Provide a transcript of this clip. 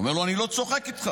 הוא אומר לו: אני לא צוחק איתך.